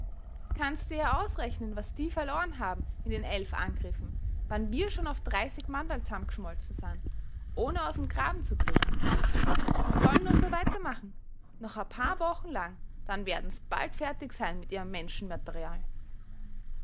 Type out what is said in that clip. kannst dir ja ausrechnen was die verloren haben in den elf angriffen wann mir schon auf dreißig manderln zammg'schmolz'n san ohne aus'm graben zu kriechen die soll'n nur so weiter machen noch a paar woch'n lang dann werden's bald fertig sein mit ihrem menschenmaterial